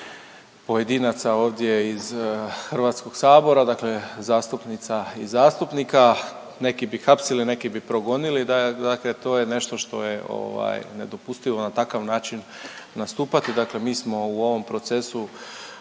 pojedinaca ovdje iz HS-a, dakle zastupnica i zastupnika. Neki bi hapsili, neki bi progonili, da je, dakle to je nešto što je ovaj, nedopustivo na takav način nastupati, dakle mi smo u ovom procesu